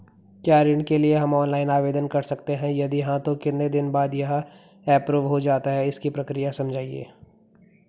क्या ऋण के लिए हम ऑनलाइन आवेदन कर सकते हैं यदि हाँ तो कितने दिन बाद यह एप्रूव हो जाता है इसकी प्रक्रिया समझाइएगा?